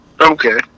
Okay